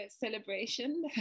celebration